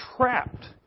trapped